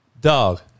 dog